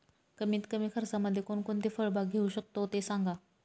कमीत कमी खर्चामध्ये कोणकोणती फळबाग घेऊ शकतो ते सांगा